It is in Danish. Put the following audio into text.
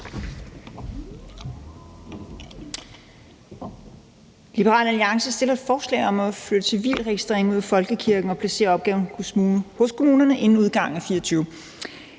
Liberal Alliance fremsætter et forslag om at flytte civilregistreringen ud af folkekirken og placere opgaven hos kommunerne inden udgangen af 2024.